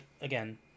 again